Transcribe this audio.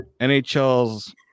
NHL's